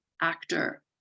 actor